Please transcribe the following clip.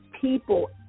people